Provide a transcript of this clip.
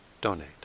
donate